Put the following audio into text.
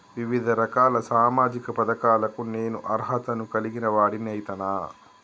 వివిధ రకాల సామాజిక పథకాలకు నేను అర్హత ను కలిగిన వాడిని అయితనా?